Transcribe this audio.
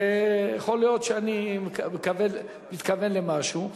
יכול להיות שאני מתכוון למשהו,